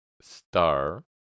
star